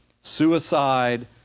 suicide